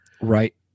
Right